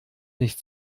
nicht